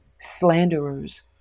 slanderers